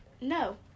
No